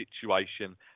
situation